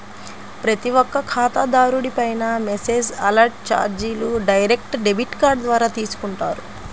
ప్రతి ఒక్క ఖాతాదారుడిపైనా మెసేజ్ అలర్ట్ చార్జీలు డైరెక్ట్ డెబిట్ ద్వారా తీసుకుంటారు